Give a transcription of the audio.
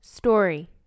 Story